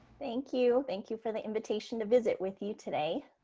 thank you. thank you for the invitation to visit with you today,